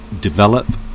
develop